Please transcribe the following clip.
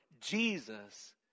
Jesus